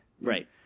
right